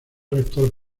rector